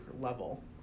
level